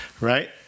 Right